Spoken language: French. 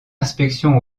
inspection